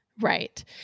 Right